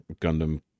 gundam